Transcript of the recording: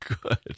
good